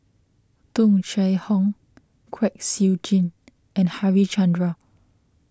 Tung Chye Hong Kwek Siew Jin and Harichandra